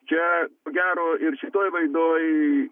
čia ko gero ir šitoj laidoj